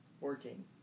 working